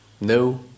No